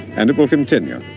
and it will continue.